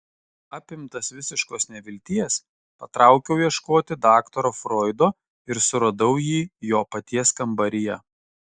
apimtas visiškos nevilties patraukiau ieškoti daktaro froido ir suradau jį jo paties kambaryje